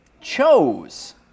chose